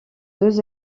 deux